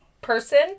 person